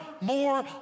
more